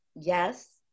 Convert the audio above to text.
yes